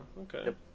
okay